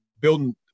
building